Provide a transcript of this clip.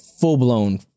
full-blown